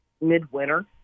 midwinter